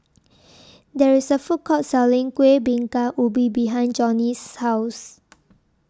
There IS A Food Court Selling Kueh Bingka Ubi behind Johnny's House